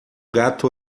gato